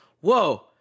whoa